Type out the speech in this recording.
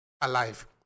alive